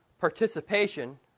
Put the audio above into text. participation